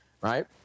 right